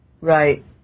Right